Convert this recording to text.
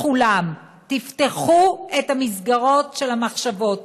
לכולם: תפתחו את המסגרות של המחשבה,